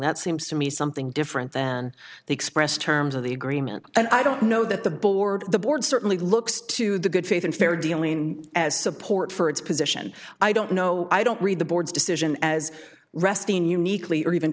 that seems to me something different than the expressed terms of the agreement and i don't know that the board the board certainly looks to the good faith and fair dealing as support for its position i don't know i don't read the board's decision as resting uniquely or even